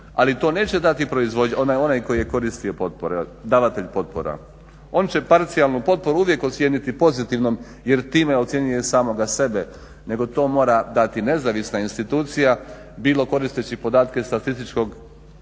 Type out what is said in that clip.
Ali to neće dati proizvođač, onaj koji je koristio potpore, davatelj potpora, on će parcijalno potporu uvijek ocijeniti pozitivnom jer time ocjenjuje samoga sebe, nego to mora dati nezavisna institucija bilo koristeći podatke Statističkog zavoda